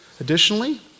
Additionally